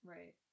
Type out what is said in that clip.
Right